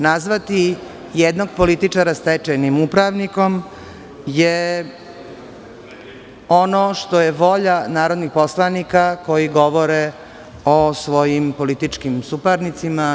Nazvati jednog političara stečajnim upravnikom, je ono što je volja narodnih poslanika koji govore o svojim političkim suparnicima.